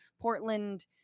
Portland